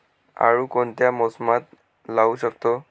आळू कोणत्या मोसमात लावू शकतो?